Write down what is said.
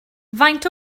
faint